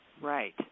Right